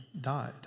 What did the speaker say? died